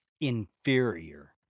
inferior